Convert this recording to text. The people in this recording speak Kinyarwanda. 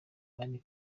anil